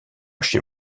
chez